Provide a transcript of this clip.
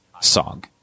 song